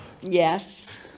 Yes